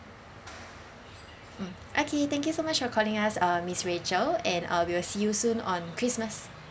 mm okay thank you so much for calling us uh miss rachel and I will see you soon on christmas